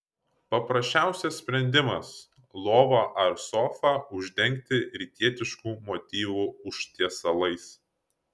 paprasčiausias sprendimas lovą ar sofą uždengti rytietiškų motyvų užtiesalais